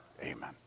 Amen